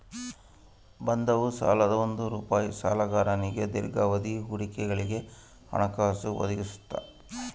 ಬಂಧವು ಸಾಲದ ಒಂದು ರೂಪ ಸಾಲಗಾರನಿಗೆ ದೀರ್ಘಾವಧಿಯ ಹೂಡಿಕೆಗಳಿಗೆ ಹಣಕಾಸು ಒದಗಿಸ್ತದ